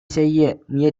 செய்ய